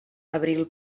abril